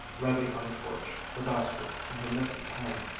ready on the porch, the basket in her mittened hand.